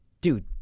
dude